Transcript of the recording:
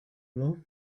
love